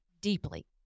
deeply